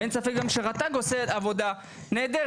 ואין ספק שגם רט"ג עושה עבודה נהדרת.